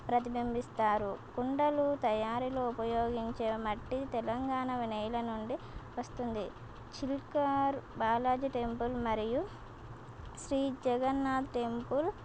ప్రతిబింబిస్తారు కుండలు తయారీలో ఉపయోగించే మట్టి తెలంగాణ వి నేల నుండి వస్తుంది చిల్కూరు బాలాజీ టెంపుల్ మరియు శ్రీ జగన్నాథ్ టెంపుల్